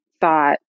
thought